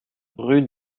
rue